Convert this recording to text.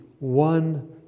One